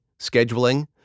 scheduling